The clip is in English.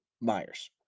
Myers